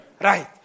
Right